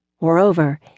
Moreover